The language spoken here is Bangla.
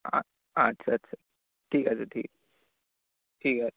আ আচ্ছা আচ্ছা ঠিক আছে ঠিক ঠিক আছে